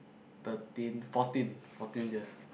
thirteen fourteen fourteen years